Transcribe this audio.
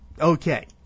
Okay